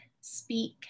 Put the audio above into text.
speak